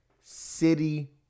city